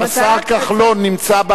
השר כחלון נמצא?